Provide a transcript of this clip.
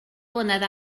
flynedd